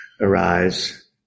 arise